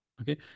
Okay